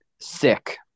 sick